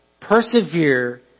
Persevere